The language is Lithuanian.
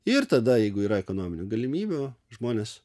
ir tada jeigu yra ekonominių galimybių žmonės